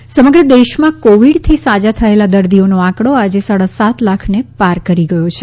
Covid રાષ્ટ્રીય સમગ્ર દેશમાં કોવિડથી સાજા થયેલા દર્દીઓનો આંકડો આજે સાડા સાત લાખને પાર કરી ગયો છે